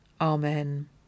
Amen